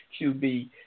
QB